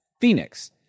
Phoenix